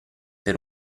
per